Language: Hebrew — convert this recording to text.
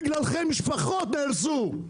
בגללכם משפחות נהרסו,